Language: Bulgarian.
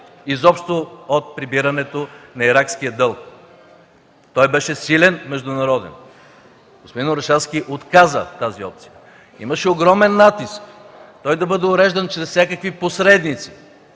изобщо от прибирането на иракския дълг. Господин Орешарски отказа тази опция. Имаше огромен натиск той да бъде уреждан чрез всякакви посредници,